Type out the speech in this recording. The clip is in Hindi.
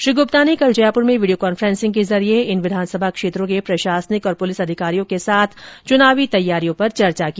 श्री गुप्ता ने कल जयपुर में वीडियो कॉन्फ्रेंसिंग के जरिए इन विधानसभा क्षेत्रों के प्रशासनिक और पुलिस अधिकारियों के साथ चुनावी तैयारियों पर चर्चा की